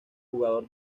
jugador